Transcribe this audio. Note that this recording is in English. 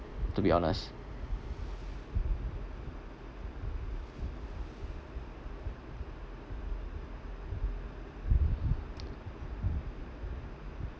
to be honest